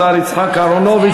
השר יצחק אהרונוביץ,